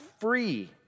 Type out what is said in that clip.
free